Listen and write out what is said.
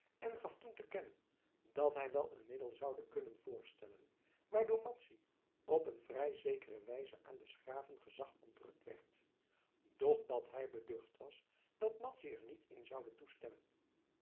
en gaf toen te kennen dat hij wel een middel zoude kunnen voorstellen waardoor madzy op een vrij zekere wijze aan des graven gezag ontrukt werd doch dat hij beducht was dat madzy er niet in zoude toestemmen